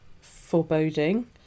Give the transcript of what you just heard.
foreboding